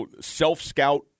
self-scout